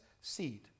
seed